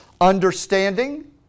understanding